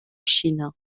chine